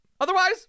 Otherwise